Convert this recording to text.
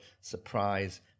surprise